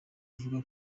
ivuga